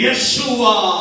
Yeshua